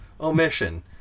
Omission